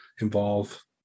involve